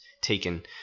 taken